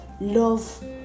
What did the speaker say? Love